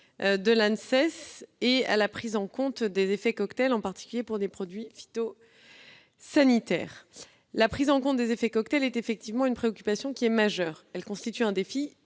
de l'ANSES et à la prise en compte des effets cocktails, en particulier pour les produits phytosanitaires. La prise en compte des effets cocktail est effectivement une préoccupation majeure. Elle constitue un défi